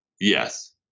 Yes